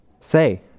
say